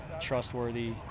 trustworthy